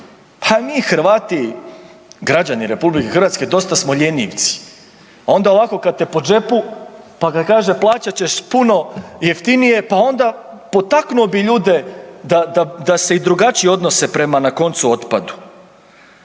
Pa mi Hrvati, građani RH dosta smo ljenivci. Onda ovako kad te po džepu, pa kad kažeš plaćat ćeš puno jeftinije, pa onda potaknuo bi ljude da se i drugačije odnose prema, na koncu, otpadu.